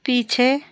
पीछे